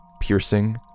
piercing